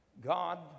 God